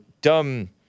dumb